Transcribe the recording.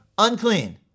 unclean